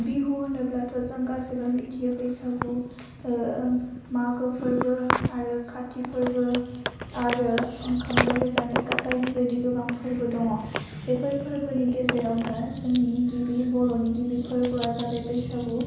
बिहु होनोब्लाथ' जों गासैबो मिथियो बैसागु मागो फोरबो आरो खाथि फोरबो आरो ओंखाम गोरलै जानाय गा बायदि बायदि गोबां फोरबो दङ बेफोर फोरबोनि गेजेरावनो जोंनि गिबि बर'नि गिबि फोरबोआ जाबाय बैसागु